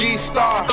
G-Star